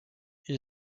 une